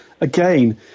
again